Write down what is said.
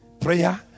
prayer